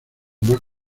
más